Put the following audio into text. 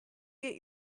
get